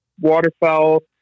waterfowl